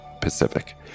Pacific